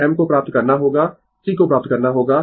फिर m को प्राप्त करना होगा c को प्राप्त करना होगा